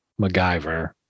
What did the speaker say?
MacGyver